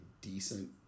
decent